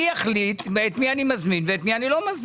אני מחליט את מי אזמין ואת מי לא.